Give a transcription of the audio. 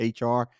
hr